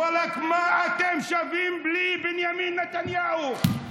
ואלכ, מה אתם שווים בלי בנימין נתניהו?